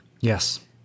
Yes